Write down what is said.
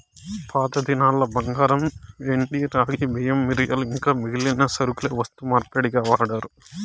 పాతదినాల్ల బంగారు, ఎండి, రాగి, బియ్యం, మిరియాలు ఇంకా మిగిలిన సరకులే వస్తు మార్పిడిగా వాడారు